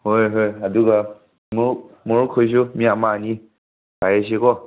ꯍꯣꯏ ꯍꯣꯏ ꯑꯗꯨꯒ ꯑꯃꯨꯛ ꯑꯩꯈꯣꯏꯁꯨ ꯃꯤ ꯑꯃ ꯑꯅꯤ ꯍꯥꯏꯁꯤꯀꯣ